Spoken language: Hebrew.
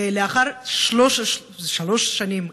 ולאחר שלוש שנים,